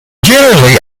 generally